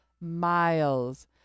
miles